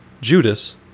Judas